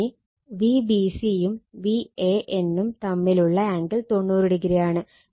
ഇനി Vbc യും Van ഉം തമ്മിലുള്ള ആംഗിൾ 90o ആണ്